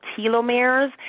telomeres